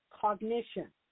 cognition